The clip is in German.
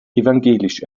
evangelisch